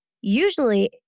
Usually